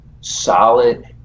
solid